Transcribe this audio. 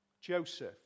Joseph